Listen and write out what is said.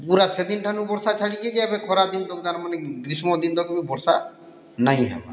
ପୁରା ସେଦିନ୍ ଠାନୁ ବର୍ଷା ଛାଡ଼ିଚେ ଯେ ଏବେ ଖରାଦିନ୍ ତକ୍ ତାର୍ ମାନେ ଗ୍ରୀଷ୍ମ ଦିନ୍ ତକ୍ ନାଇଁ ହେବାର୍